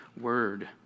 Word